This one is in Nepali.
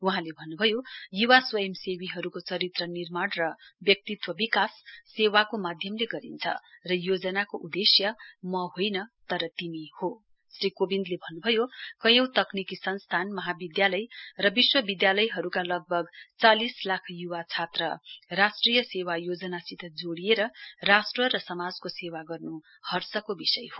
वहाँले भन्नुभयो युवा स्वयंसेवीहरूको चरित्र निर्माण व्यक्ति विकास सेवाको माध्यमले गरिन्छ र योजनाको उद्देश्य म होइन तर तिमी हो श्री कोविन्दले भन्नुभयो कैयौं तक्निकी संस्थान महाविद्यालय र विश्वविद्यालयहरूका लगभग चालिस लाख य्वा छात्र राष्ट्रिय सेवा योजनासित जोड़िएर राष्ट्र र समाजको सेवा गर्न् हर्षको विषय हो